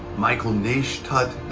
michael nashtut.